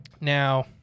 Now